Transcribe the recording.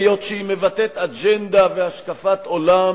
היות שהיא מבטאת אג'נדה והשקפת עולם